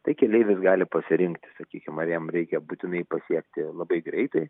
tai keleivis gali pasirinkti sakykim ar jam reikia būtinai pasiekti labai greitai